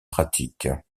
pratique